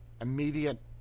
immediate